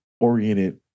oriented